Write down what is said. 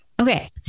Okay